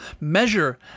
Measure